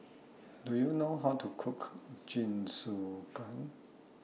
Do YOU know How to Cook Jingisukan